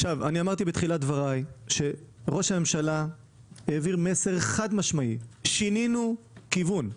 אני אמרתי בתחילת דבריי שראש הממשלה העביר מסר חד משמעי: שינינו כיוון,